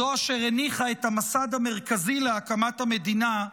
זו אשר הניחה את המסד המרכזי להקמת המדינה,